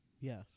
yes